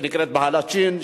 שנקראת "בהלצ'ין",